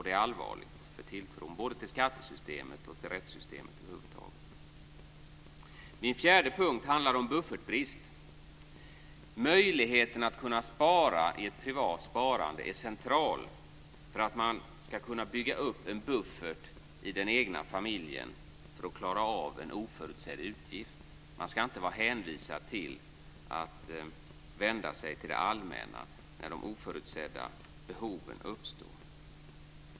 Det är allvarligt för tilltron både till skattesystemet och till rättssystemet över huvud taget. Min fjärde punkt handlar om buffertbrist. Möjligheten att kunna spara i privat sparande är central för att man ska kunna bygga upp en buffert i den egna familjen för att klara av en oförutsedd utgift. Man ska inte vara hänvisad till att vända sig till det allmänna när de oförutsedda behoven uppstår.